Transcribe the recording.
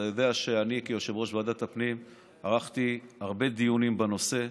אתה יודע שאני כיושב-ראש ועדת הפנים ערכתי הרבה דיונים בנושא,